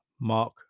Mark